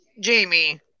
Jamie